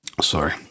Sorry